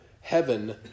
heaven